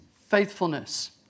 faithfulness